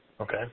Okay